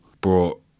brought